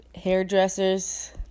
hairdressers